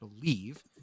believe